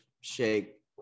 Shake